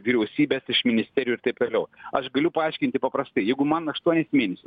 vyriausybės iš ministerijų ir taip toliau aš galiu paaiškinti paprastai jeigu man aštuonis mėnesius